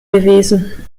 gewesen